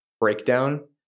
breakdown